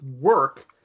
work